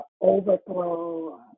overthrow